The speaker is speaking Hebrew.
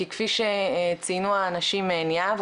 כי כפי שציינו האנשים מעין יהב,